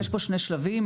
יש פה שני שלבים.